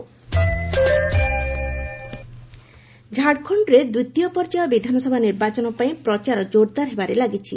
Jharkhand campaigning ଝାଡଖଣ୍ଡରେ ଦ୍ୱିତୀୟ ପର୍ଯ୍ୟାୟ ବିଧାନସଭା ନିର୍ବାଚନ ପାଇଁ ପ୍ରଚାର ଜୋରଦାର୍ ହେବାରେ ଲାଗିଛି